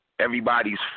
Everybody's